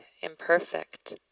imperfect